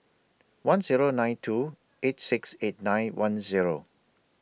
one Zero nine two eight six eight nine one Zero